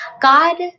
God